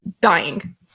dying